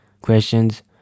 questions